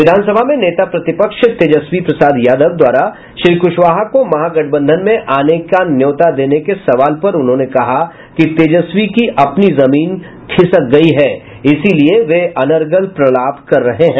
विधानसभा में नेता प्रतिपक्ष तेजस्वी प्रसाद यादव द्वारा श्री कुशवाहा को महागठबंधन में आने के न्योता देने के सवाल पर उन्होंने कहा कि तेजस्वी की अपनी जमीन खिसक गयी है इसीलिए वे अनर्गल प्रलाप कर रहे हैं